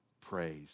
praise